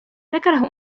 تكره